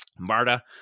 Marta